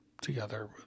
together